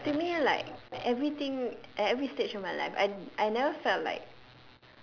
no but to me like everything at every stage of my life I I never felt like